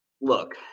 look